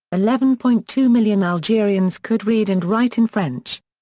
eleven point two million algerians could read and write in french.